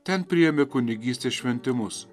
ten priėmė kunigystės šventimus